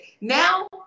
Now